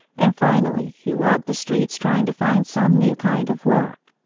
and finally he walked the streets trying to find some new kind of work.